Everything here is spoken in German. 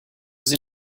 sie